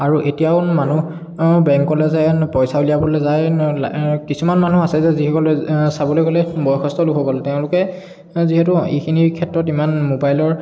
আৰু এতিয়াও মানুহ বেংকলৈ যে পইচা উলিয়াবলৈ যায় কিছুমান মানুহ আছে যে যিসকলে চাবলৈ গ'লে বয়সস্ত লোকসকল তেওঁলোকে যিহেতু এইখিনিৰ ক্ষেত্ৰত ইমান মোবাইলৰ